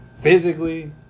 Physically